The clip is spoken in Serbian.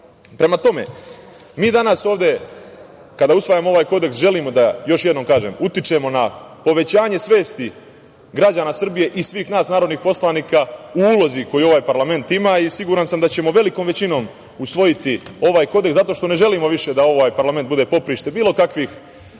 tome, mi danas ovde, kada usvajamo ovaj kodeks, želimo da, još jednom kažem, utičemo na povećanje svesti svih građana Srbije i svih nas narodnih poslanika u ulozi koju ovaj parlament ima i siguran sam da ćemo velikom većinom usvojiti ovaj kodeks, zato što ne želimo više da ovaj parlament bude poprište bilo kakvih